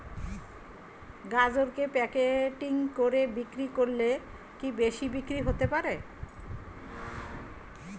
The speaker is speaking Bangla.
গাজরকে প্যাকেটিং করে বিক্রি করলে কি বেশি বিক্রি হতে পারে?